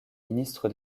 ministre